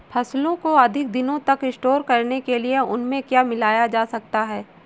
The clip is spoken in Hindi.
फसलों को अधिक दिनों तक स्टोर करने के लिए उनमें क्या मिलाया जा सकता है?